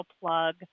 plug